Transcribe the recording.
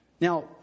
Now